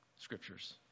scriptures